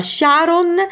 Sharon